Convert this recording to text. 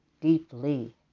deeply